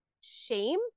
shame